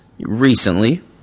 Recently